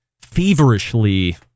feverishly